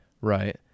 Right